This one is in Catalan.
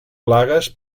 plagues